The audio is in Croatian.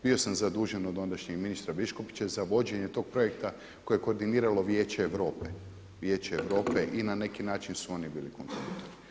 Bio sam zadužen od ondašnjeg ministra Biškupića za vođenje tog projekta koje je koordiniralo Vijeće Europe, Vijeće Europe i na neki način su oni bili kontradiktorni.